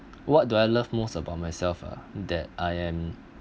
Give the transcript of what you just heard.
what do I love most about myself ah that I am